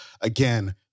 again